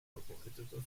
verbreiteter